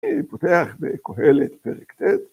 ‫אני פותח בקהלת פרק ט'